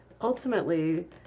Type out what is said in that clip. Ultimately